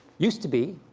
used to be,